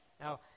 Now